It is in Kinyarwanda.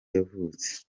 yavutse